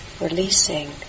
releasing